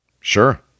sure